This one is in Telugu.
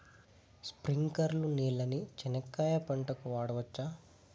స్ప్రింక్లర్లు నీళ్ళని చెనక్కాయ పంట కు వాడవచ్చా?